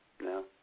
no